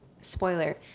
spoiler